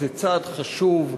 זה צעד חשוב,